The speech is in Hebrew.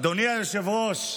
אדוני היושב-ראש,